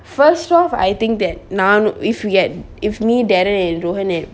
first off I think that now if we get if me darren and rowen and